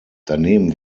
daneben